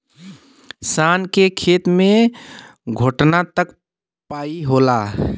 शान के खेत मे घोटना तक पाई होला